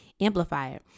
amplifier